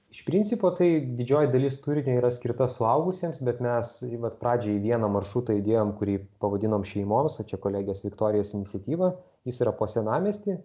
iš principo tai didžioji dalis turinio yra skirta suaugusiems bet mes jį vat pradžiai vieną maršrutą įdėjom kurį pavadinom šeimoms va čia kolegės viktorijos iniciatyva jis yra po senamiestį